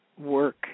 Work